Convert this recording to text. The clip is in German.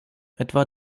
etwa